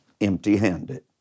empty-handed